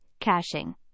caching